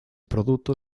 producto